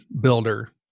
builder